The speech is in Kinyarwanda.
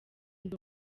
ndi